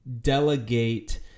Delegate